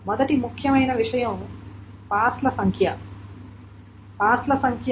మొదటి ముఖ్యమైన విషయం పాస్ల సంఖ్య